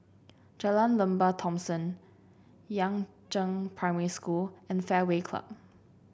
Jalan Lembah Thomson Yangzheng Primary School and Fairway Club